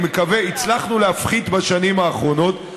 הצלחנו להפחית בשנים האחרונות,